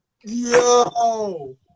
yo